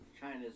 China's